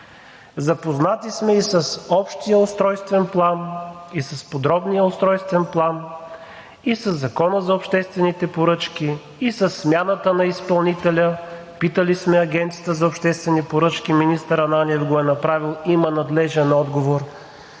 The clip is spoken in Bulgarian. Запознати сме и с Общия устройствен план, и с Подробния устройствен план, и със Закона за обществените поръчки, и със смяната на изпълнителя, питали сме Агенцията за обществени поръчки – министър Ананиев го е направил, има надлежен отговор.